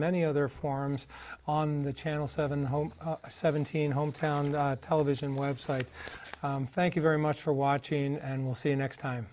many other forms on the channel seven home seventeen hometown television website thank you very much for watching and we'll see you next time